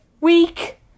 week